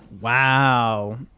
Wow